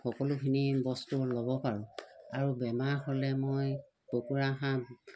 সকলোখিনি বস্তু ল'ব পাৰোঁ আৰু বেমাৰ হ'লে মই কুকুৰা হাঁহ